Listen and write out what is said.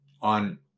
on